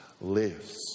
lives